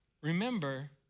remember